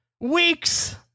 Weeks